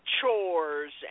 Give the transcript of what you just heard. chores